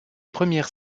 premières